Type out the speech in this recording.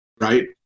Right